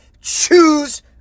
choose